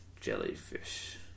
Jellyfish